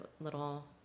little